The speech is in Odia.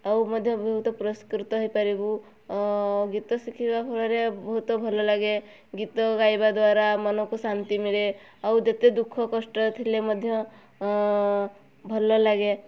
ଆଉ ମଧ୍ୟ ବହୁତ ପୁରସ୍କୃତ ହେଇପାରିବୁ ଗୀତ ଶିଖିବା ଫଳରେ ବହୁତ ଭଲ ଲାଗେ ଗୀତ ଗାଇବା ଦ୍ୱାରା ମନକୁ ଶାନ୍ତି ମିଳେ ଆଉ ଯେତେ ଦୁଃଖ କଷ୍ଟରେ ଥିଲେ ମଧ୍ୟ ଭଲ ଲାଗେ